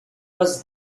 was